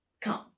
come